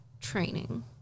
training